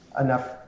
enough